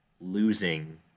losing